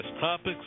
topics